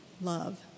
love